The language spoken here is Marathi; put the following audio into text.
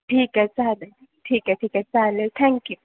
ठीक आहे चालेल ठीक आहे ठीक आहे चालेल थँक्यू